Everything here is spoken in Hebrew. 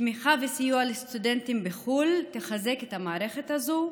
תמיכה וסיוע לסטודנטים בחו"ל תחזק את המערכת הזאת.